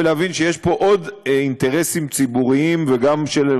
ולהבין שיש פה עוד אינטרסים ציבוריים חשובים,